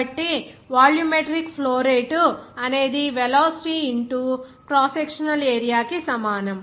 కాబట్టి volumetric flow rate అనేది velocity into cross sectional area కి సమానం